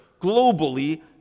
globally